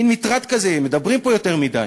היא מטרד כזה, מדברים פה יותר מדי.